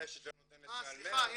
סליחה,